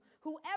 Whoever